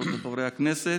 חברות וחברי הכנסת,